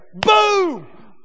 Boom